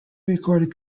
recorded